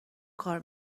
کار